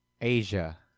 Asia